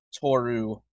Toru